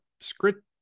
script